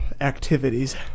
activities